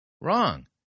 Wrong